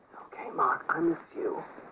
ah i miss you.